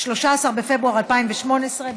13 בפברואר 2018,